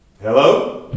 Hello